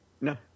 No